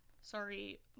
sorry